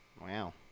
wow